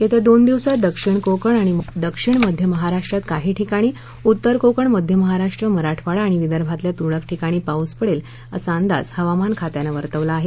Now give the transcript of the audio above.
येत्या दोन दिवसात दक्षिण कोकण आणि दक्षिण मध्य महाराष्ट्रात काही ठिकाणी उत्तर कोकण उत्तर मध्य महाराष्ट्र मराठवाडा विदर्भातल्या तुरळक ठिकाणी पाऊस पडेल असा अंदाज हवामान खात्यानं वर्तवला आहे